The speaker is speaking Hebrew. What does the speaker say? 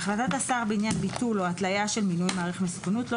(ה) החלטת השר בעניין ביטול או התליה של מינוי מעריך מסוכנות לא